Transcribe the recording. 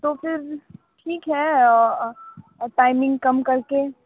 तो फिर ठीक है टाइमिंग कम करके